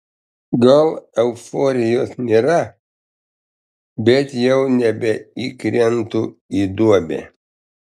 gal euforijos nėra bet jau nebeįkrentu į duobę